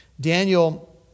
Daniel